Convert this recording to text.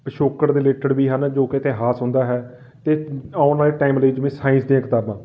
ਪਿਛੋਕੜ ਦੇ ਰਿਲੇਟਡ ਵੀ ਹਨ ਜੋ ਕਿ ਇਤਿਹਾਸ ਹੁੰਦਾ ਹੈ ਅਤੇ ਆਉਣ ਵਾਲੇ ਟਾਈਮ ਲਈ ਜਿਵੇਂ ਸਾਇੰਸ ਦੀਆਂ ਕਿਤਾਬਾਂ